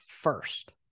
first